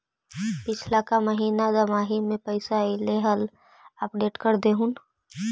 पिछला का महिना दमाहि में पैसा ऐले हाल अपडेट कर देहुन?